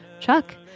Chuck